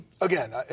again